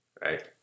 right